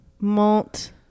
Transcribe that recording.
Mont